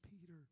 Peter